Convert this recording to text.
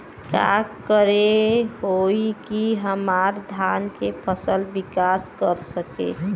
का करे होई की हमार धान के फसल विकास कर सके?